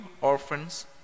orphans